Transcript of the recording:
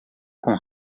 com